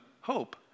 hope